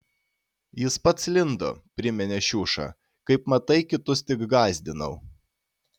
jis pats lindo priminė šiuša kaip matai kitus tik gąsdinau